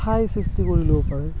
ঠাই সৃষ্টি কৰি ল'ব পাৰে